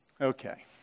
Okay